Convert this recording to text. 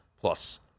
plus